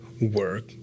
work